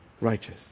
Righteous